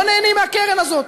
לא נהנים מהקרן הזאת.